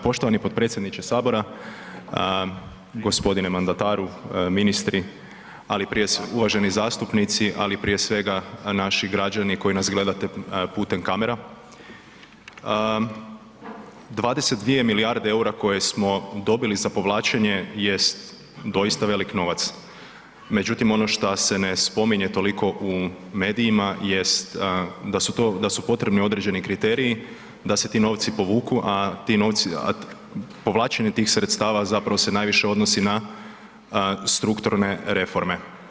Poštovani potpredsjedniče sabora, gospodine mandataru, ministre, ali prije, uvaženi zastupnici, ali prije svega naši građani koji nas gledate putem kamera, 22 milijarde EUR-a koje smo dobili za povlačenje jest doista velik novac, međutim ono što se ne spominje toliko u medijima jest da su to, da su potrebni određeni kriteriji da se ti novci povuku, a ti novci, a povlačenje tih sredstava zapravo se najviše odnosi na strukturne reforme.